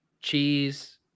cheese